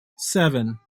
seven